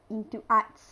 into arts